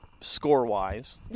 score-wise